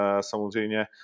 samozřejmě